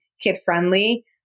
kid-friendly